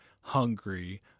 hungry